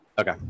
Okay